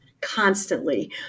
constantly